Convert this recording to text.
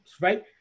right